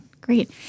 great